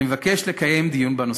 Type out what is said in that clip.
אני מבקש לקיים דיון בנושא.